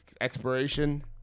Expiration